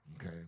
Okay